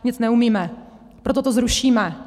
Nic neumíme, proto to zrušíme.